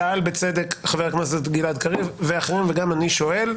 שאל בצדק חבר הכנסת גלעד קריב ואחרים וגם אני שואל: